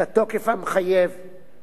את מועד תחילת החוק,